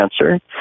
cancer